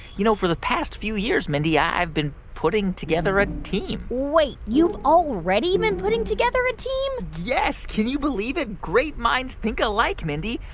you know, for the past few years, mindy, i've been putting together a team wait. you've already been putting together a team? yes. can you believe it? great minds think alike, mindy.